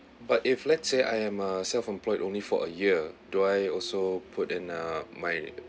but if let's say I am a self-employed only for a year do I also put in uh my